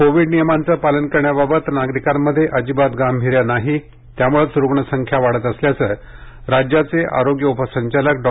Covid नियमांचे पालन करण्याबाबत नागरिकांमध्ये अजिबात गांभीर्य नाही त्यामुळेच रुग्ण संख्या वाढत असल्याचे राज्याचे आरोग्य उपसंचालक डॉ